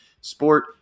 Sport